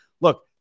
look